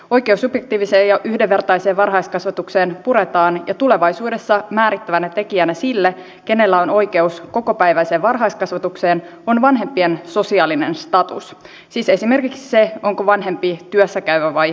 oikeus subjektiiviseen ja yhdenvertaiseen varhaiskasvatukseen puretaan ja tulevaisuudessa määrittävänä tekijänä sille kenellä on oikeus kokopäiväiseen varhaiskasvatukseen on vanhempien sosiaalinen status siis esimerkiksi se onko vanhempi työssä käyvä vai työtön